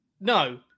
no